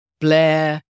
Blair